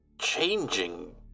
changing